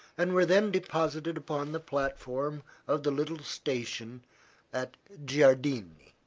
and were then deposited upon the platform of the little station at giardini.